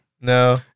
No